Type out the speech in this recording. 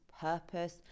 purpose